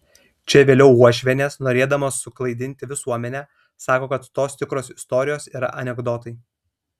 čia vėliau uošvienės norėdamos suklaidinti visuomenę sako kad tos tikros istorijos yra anekdotai